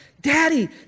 Daddy